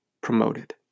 promoted